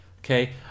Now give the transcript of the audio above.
okay